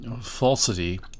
falsity